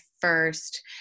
first